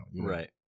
right